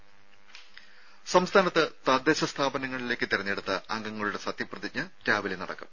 ദ്ദേ സംസ്ഥാനത്ത് തദ്ദേശ സ്ഥാപനങ്ങളിലേക്ക് തെരഞ്ഞെടുത്ത അംഗങ്ങളുടെ സത്യപ്രതിജ്ഞ രാവിലെ നടക്കും